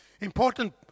Important